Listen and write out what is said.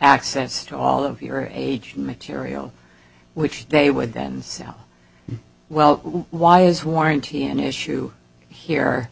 access to all of your age material which they would then sell well why is warranty an issue here